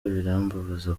birambabaza